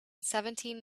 seventeen